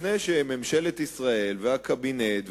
לפני שממשלת ישראל והקבינט,